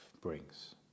brings